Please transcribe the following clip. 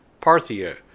Parthia